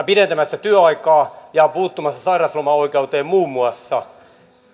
pidentämässä työaikaa ja puuttumassa sairauslomaoikeuteen muun muassa